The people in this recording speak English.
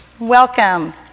Welcome